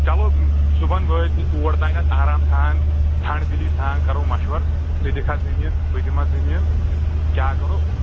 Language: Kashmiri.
چَلو صُبحَن وٲتۍزِِ تور تانٮ۪تھ آرام سان ٹَھنٛڈ دِلی سان کَرو مَشوَر ژٕ دِکھا زٔمیٖن بہٕ دِما زٔمیٖن کیٛاہ کَرو